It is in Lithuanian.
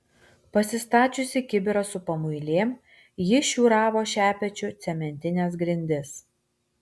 pasistačiusi kibirą su pamuilėm ji šiūravo šepečiu cementines grindis